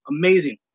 Amazing